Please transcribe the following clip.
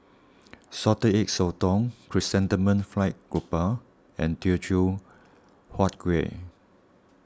Salted Egg Sotong Chrysanthemum Fried Grouper and Teochew Huat Kuih